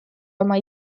oma